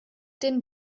den